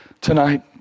tonight